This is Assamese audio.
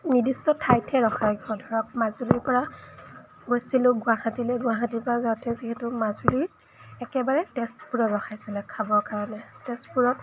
নিৰ্দিষ্ট ঠাইতহে ৰখাইগৈ ধৰক মাজুলীৰপৰা গৈছিলোঁ গুৱাহাটীলৈ গুৱাহাটীৰপৰা যাওঁতে যিহেতু মাজুলী একেবাৰে তেজপুৰত ৰখাইছিলে খাবৰ কাৰণে তেজপুৰত